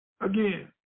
again